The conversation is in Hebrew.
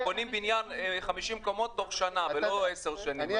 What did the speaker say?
הם בונים בניין 50 קומות תוך שנה, ולא עשר שנים.